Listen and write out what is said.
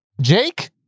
Jake